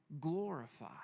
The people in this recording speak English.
glorify